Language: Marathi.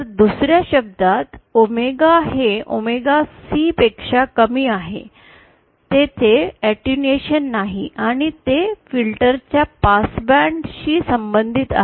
तर दुसर्या शब्दात ओमेगा हे ओमेगा C पेक्षा कमी आहे तेथे अटेन्यूएशन नाही आणि ते फिल्टरच्या पास बँड शी संबंधित आहे